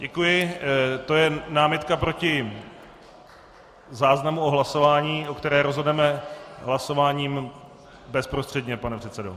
Děkuji, to je námitka proti záznamu o hlasování, o kterém rozhodneme hlasováním bezprostředně, pane předsedo.